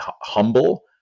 humble